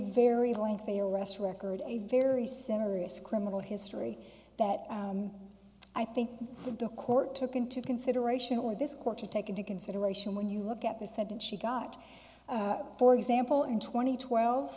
very lengthy arrest record a very similar it's criminal history that i think the court took into consideration or this court to take into consideration when you look at this said that she got for example in twenty twelve